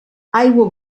aigua